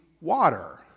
water